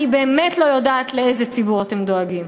אני באמת לא יודעת לאיזה ציבור אתם דואגים.